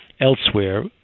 elsewhere